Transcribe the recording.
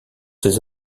ses